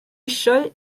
eisiau